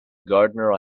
gardener